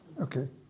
Okay